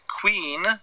Queen